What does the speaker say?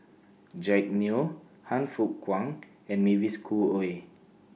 Jack Neo Han Fook Kwang and Mavis Khoo Oei